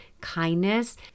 kindness